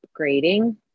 upgrading